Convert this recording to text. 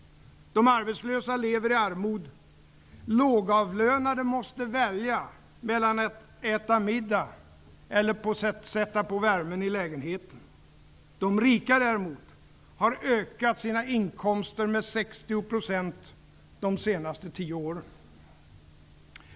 De arbetslösa lever i armod. Lågavlönade måste välja mellan att äta middag och att sätta på värmen i lägenheten. De rika har däremot ökat sina inkomster med 60 % de senaste tio åren.